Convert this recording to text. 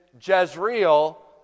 Jezreel